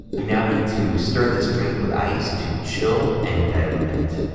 now need to stir this drink with ice to chill and dilute it,